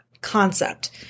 concept